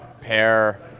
pair